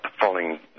falling